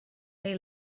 they